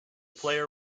player